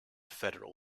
federal